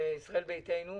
וישראל ביתנו?